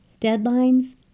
deadlines